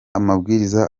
amabwiriza